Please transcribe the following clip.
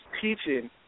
teaching